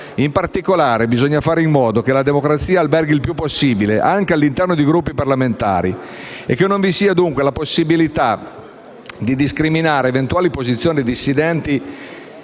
In particolare, bisogna fare in modo che la democrazia alberghi il più possibile anche all'interno dei Gruppi parlamentari e che non vi sia, dunque, la possibilità di discriminare eventuali posizioni dissidenti.